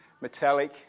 metallic